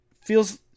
feels